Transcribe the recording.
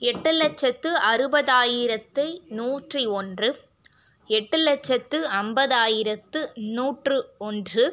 எட்டு லட்சத்து அறுபதாயிரத்து நூற்றி ஒன்று எட்டு லட்சத்து ஐம்பதாயிரத்து நூற்று ஒன்று